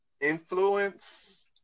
influence